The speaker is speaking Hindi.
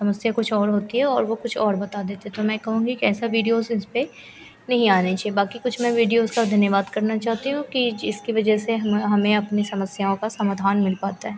समस्या कुछ और होती है और वह कुछ और बता देते तो मैं कहूँगी कि ऐसे वीडियो सीन्स पर नहीं आने चाहिए बाकी कुछ मैं वडियोज़ का धन्यवाद करना चाहती हूँ कि जिसकी वज़ह से हमें हमें अपनी समस्याओं का समाधान मिल पाता है